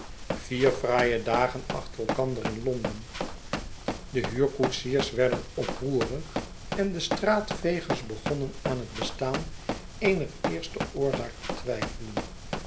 vier fraaie dagen achter elkander in londen de huurkoetsiers werden oproerig en de straatvegers begonnen aan het bestaan eener eerste oorzaak te twijfelen